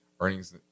Earnings